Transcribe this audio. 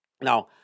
Now